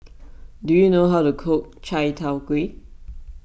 do you know how to cook Chai Tow Kuay